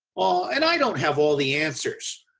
and i don't have all the answers,